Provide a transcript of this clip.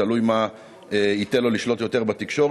תלוי מה ייתן לו לשלוט יותר בתקשורת.